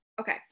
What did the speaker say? okay